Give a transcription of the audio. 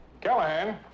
Callahan